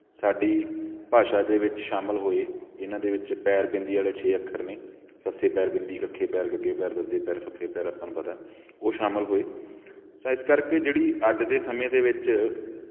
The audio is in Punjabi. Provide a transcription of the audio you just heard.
ਸਾਡੀ ਭਾਸ਼ਾ ਦੇ ਵਿੱਚ ਸ਼ਾਮਿਲ ਹੋਏ ਜਿਨ੍ਹਾਂ ਦੇ ਵਿੱਚ ਪੈਰ ਬਿੰਦੀ ਵਾਲੇ ਛੇ ਅੱਖਰ ਨੇ ਸ ਪੈਰ ਬਿੰਦੀ ਖ ਪੈਰ ਗ ਪੈਰ ਜ ਪੈਰ ਫ ਪੈਰ ਆਪਾਂ ਨੂੰ ਪਤਾ ਉਹ ਸ਼ਾਮਿਲ ਹੋਏ ਤਾਂ ਇਸ ਕਰਕੇ ਜਿਹੜੀ ਅੱਜ ਦੇ ਸਮੇਂ ਦੇ ਵਿੱਚ